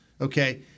Okay